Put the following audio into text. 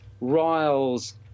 riles